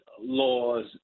laws